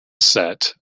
set